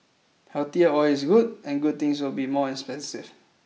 healthier oil is good and good things will be more expensive